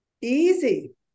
easy